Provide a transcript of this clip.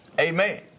Amen